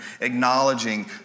acknowledging